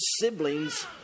siblings